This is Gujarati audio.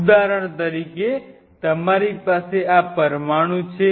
ઉદાહરણ તરીકે તમારી પાસે આ પરમાણુ છે